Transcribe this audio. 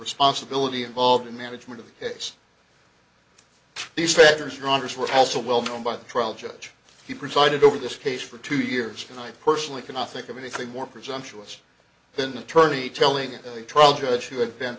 responsibility involved in management of the case these factors strongest were also well known by the trial judge he presided over this case for two years and i personally cannot think of anything more presumptuous than attorney telling a trial judge who had been